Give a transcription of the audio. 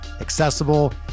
accessible